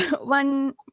one